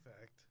fact